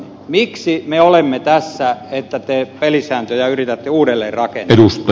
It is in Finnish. miksi me olemme tässä että te pelisääntöjä yritätte uudelleen rakentaa